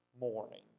morning